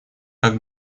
как